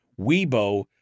Weibo